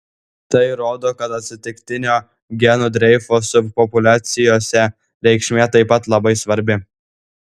tai rodo kad atsitiktinio genų dreifo subpopuliacijose reikšmė taip pat labai svarbi